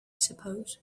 suppose